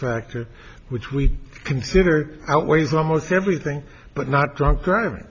factor which we consider outweighs almost everything but not drunk driver